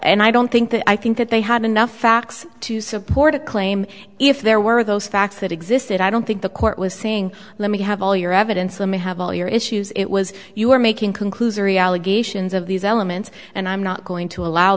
and i don't think that i think that they had enough facts to support a claim if there were those facts that existed i don't think the court was saying let me have all your evidence and we have all your issues it was you were making conclusory allegations of these elements and i'm not going to allow